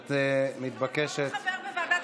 את מתבקשת, סליחה, הינה עוד חבר.